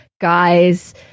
guys